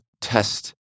test